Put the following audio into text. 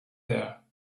there